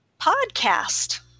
podcast